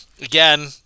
Again